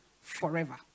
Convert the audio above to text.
forever